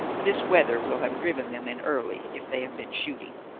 this weather will have driven them in early if they have been shooting.